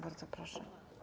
Bardzo proszę.